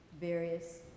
various